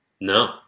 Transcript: No